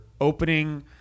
opening